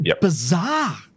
bizarre